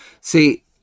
See